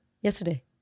Yesterday